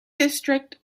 district